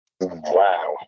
Wow